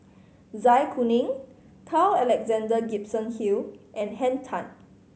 Zai Kuning Carl Alexander Gibson Hill and Henn Tan